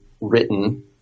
written